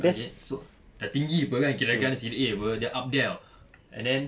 okay so dah tinggi [pe] kirakan serie A [pe] dia up there [tau] and then